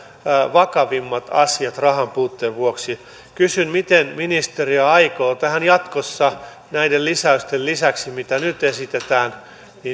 vakavimmat asiat rahanpuutteen vuoksi kysyn miten ministeriö aikoo tähän tilanteeseen jatkossa näiden lisäysten lisäksi mitä nyt esitetään